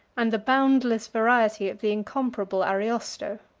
and the boundless variety of the incomparable ariosto.